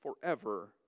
forever